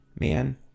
man